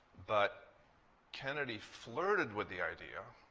but kennedy flirted with the idea